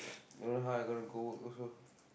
don't know how I'm gonna go work also